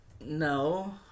No